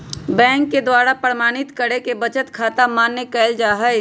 bank के द्वारा प्रमाणित करे पर ही बचत खाता के मान्य कईल जाहई